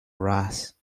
ras